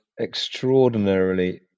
Extraordinarily